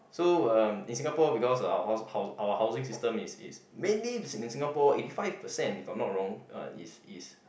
so um in Singapore because our house hou~ our housing system is is mainly in in Singapore eighty five percent if I'm not wrong uh is is